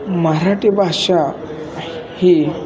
मराठी भाषा ही